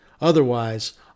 Otherwise